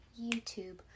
YouTube